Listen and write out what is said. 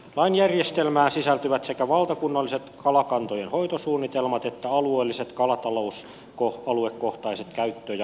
lain järjestelmään sisältyvät sekä valtakunnalliset kalakantojen hoitosuunnitelmat että alueelliset kalatalousaluekohtaiset käyttö ja hoitosuunnitelmat